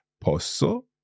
Posso